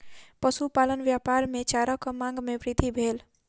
पशुपालन व्यापार मे चाराक मांग मे वृद्धि भेल